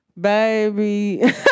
baby